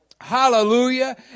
Hallelujah